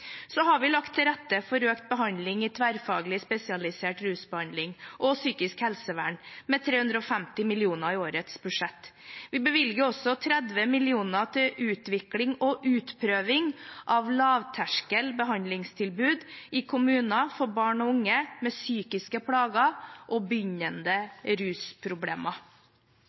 har lagt til rette for økt behandling i tverrfaglig spesialisert rusbehandling og psykisk helsevern med 350 mill. kr i årets budsjett. Vi bevilger også 30 mill. kr til utvikling og utprøving av lavterskel behandlingstilbud i kommuner for barn og unge med psykiske plager og begynnende rusproblemer.